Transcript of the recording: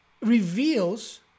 Reveals